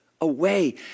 away